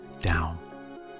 down